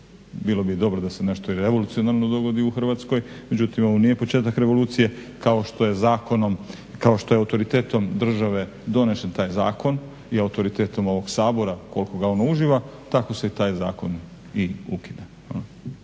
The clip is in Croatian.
bilo bi dobro da se nešto i revolucionarno dogodi u Hrvatskoj međutim ovo nije početak revolucije, kao što je autoritetom države donesen taj zakon i autoritetom ovog Sabora koliko ga on uživa tako se i taj zakon i ukida.